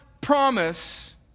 promise